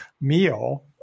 meal